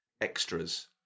extras